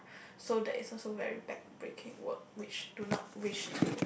so that is also very bad breaking work which don't wish to